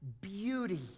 beauty